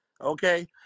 Okay